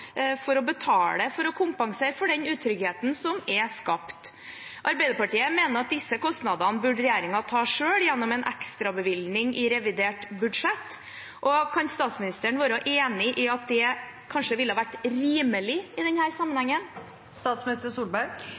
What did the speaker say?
å betale for å kompensere for den utryggheten som er skapt. Arbeiderpartiet mener at regjeringen bør ta disse kostnadene selv gjennom en ekstrabevilgning i revidert budsjett. Er statsministeren enig i at det kanskje ville vært rimelig i denne sammenhengen?